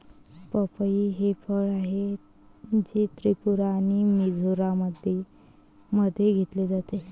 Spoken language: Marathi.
पपई हे फळ आहे, जे त्रिपुरा आणि मिझोराममध्ये घेतले जाते